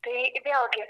tai vėlgi